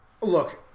look